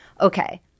Okay